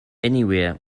anywhere